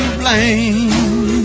blame